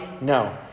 No